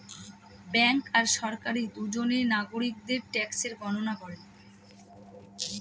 bank আর সরকারি দুজনে নাগরিকদের ট্যাক্সের গণনা করে